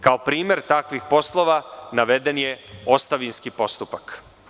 Kao primer takvih poslova naveden je ostavinski postupak.